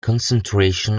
concentration